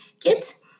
kids